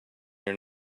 your